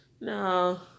No